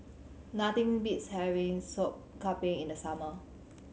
nothing beats having Sop Kambing in the summer